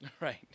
Right